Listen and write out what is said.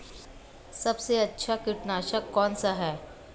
सबसे अच्छा कीटनाशक कौनसा है?